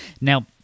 Now